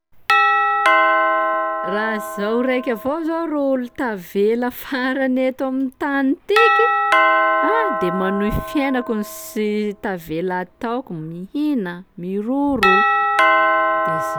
Raha zaho raiky avao zao rô olo tavela farany eto amin'ny tany tiky, ah de manohy fiainako no si- tavela ataoko; mihina, miroro, de zay.